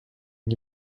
you